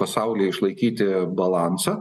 pasauly išlaikyti balansą